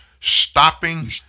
stopping